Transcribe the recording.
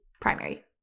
primary